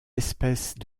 espèces